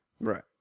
Right